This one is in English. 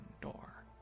door